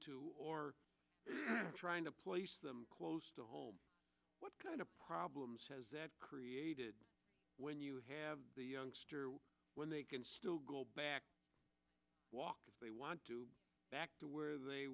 to or trying to place them close to home what kind of problems has that created when you have the youngster when they can still go back walk they want to back to where they